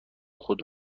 خود